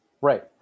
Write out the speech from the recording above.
Right